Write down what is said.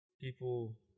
people